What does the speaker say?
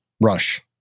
rush